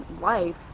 life